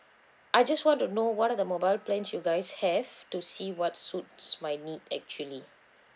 I just want to know what are the mobile plans you guys have to see what suits my need actually